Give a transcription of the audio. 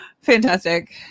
Fantastic